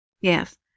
yes